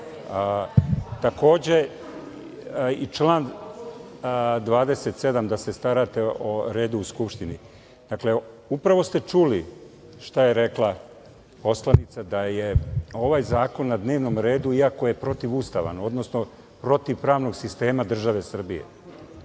Takođe, i član 27. da se starate o redu u Skupštini. Upravo ste čuli šta je rekla poslanica, da je ovaj zakon na dnevnom redu iako je protivustavan, odnosno protiv pravnog sistema države Srbije.